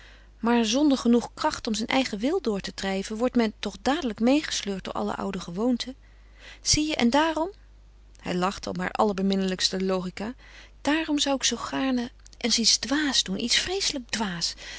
maar zonder genoeg kracht om zijn eigen wil door te drijven wordt men toch dadelijk meêgesleurd door alle oude gewoonten zie je en daarom hij lachte om haar allerbeminnelijkste logica daarom zou ik zoo gaarne eens iets dwaas doen iets vreeselijk dwaas